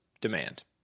demand